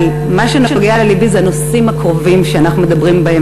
אבל מה שנוגע ללבי זה הנושאים הקרובים שאנחנו מדברים בהם,